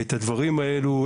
ואת הדברים הללו,